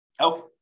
Okay